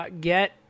Get